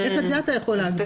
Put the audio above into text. איך את זה אתה יכול להגביל?